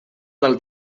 del